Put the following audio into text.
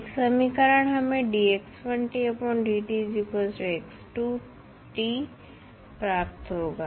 एक समीकरण हमें प्राप्त होगा